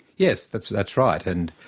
yes, that's that's right, and,